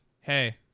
Hey